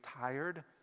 tired